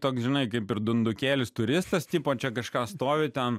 toks žinai kaip ir dundukėlis turistas tipo čia kažką stovi ten